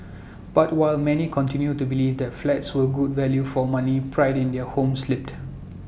but while many continued to believe that flats were good value for money pride in their homes slipped